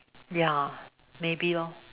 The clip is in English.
ya maybe lor